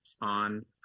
On